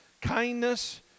kindness